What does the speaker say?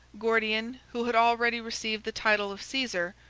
gordian, who had already received the title of caesar,